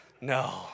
no